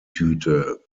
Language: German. tüte